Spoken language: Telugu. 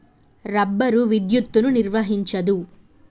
రబ్బరు విద్యుత్తును నిర్వహించదు